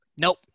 Nope